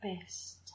Best